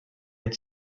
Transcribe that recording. had